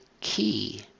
key